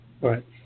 Right